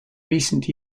recent